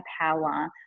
power